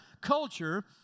culture